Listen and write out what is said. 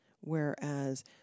whereas